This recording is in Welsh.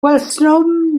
gwelsom